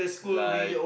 life